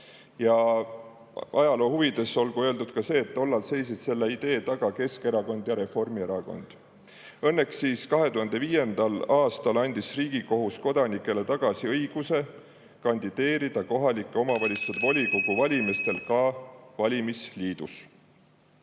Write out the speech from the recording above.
Ajaloo huvides olgu öeldud ka see, et tollal seisid selle idee taga Keskerakond ja Reformierakond. Õnneks 2005. aastal andis Riigikohus kodanikele tagasi õiguse kandideerida kohaliku omavalitsuse volikogu valimistel (Juhataja